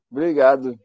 Obrigado